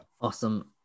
awesome